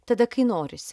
tada kai norisi